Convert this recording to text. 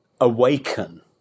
awaken